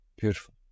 beautiful